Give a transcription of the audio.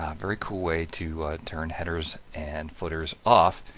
very cool way to turn headers and footers off